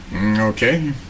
Okay